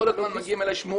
כל הזמן מגיעות אליי שמועות